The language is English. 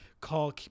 call